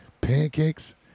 Pancakes